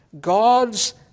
God's